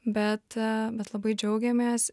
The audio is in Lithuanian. bet bet labai džiaugėmės